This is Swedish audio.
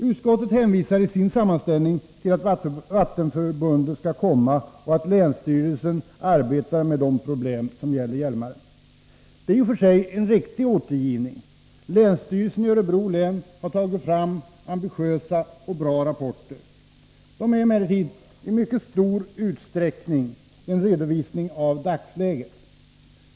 Utskottet hänvisar i sin sammanställning till att vattenförbundet skall komma till stånd och till att länsstyrelsen arbetar med de problem som gäller Hjälmaren. Det är i och för sig en riktig återgivning. Länsstyrelsen i Örebro län har utarbetat ambitiösa och bra rapporter. De är emellertid i mycket stor ursträckning en redovisning av dagsläget.